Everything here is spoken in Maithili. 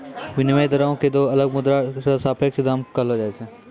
विनिमय दरो क दो अलग मुद्रा र सापेक्ष दाम कहलो जाय छै